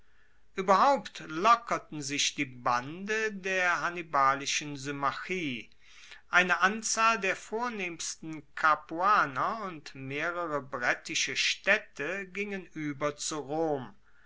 ueberhaupt lockerten sich die bande der hannibalischen symmachie eine anzahl der vornehmsten capuaner und mehrere brettische staedte gingen ueber zu rom